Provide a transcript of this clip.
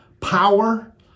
power